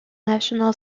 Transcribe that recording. national